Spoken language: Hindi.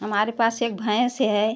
हमारे पास एक भैंस है